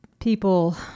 People